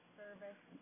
service